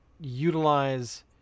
utilize